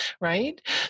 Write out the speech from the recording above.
right